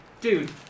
Dude